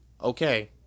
okay